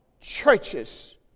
churches